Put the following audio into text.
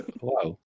Wow